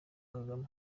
kagame